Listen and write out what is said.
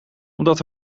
omdat